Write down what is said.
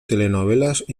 telenovelas